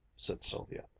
said sylvia,